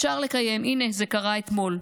אפשר לקיים, הינה, זה קרה אתמול.